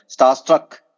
starstruck